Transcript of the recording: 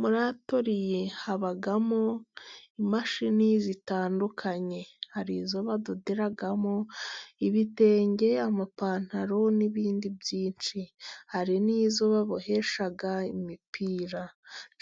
Muri atoriye habamo imashini zitandukanye hari izo badoderamo ibitenge, amapantaro n'ibindi byinshi. Hari nizo babohesha imipira